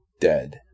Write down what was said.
dead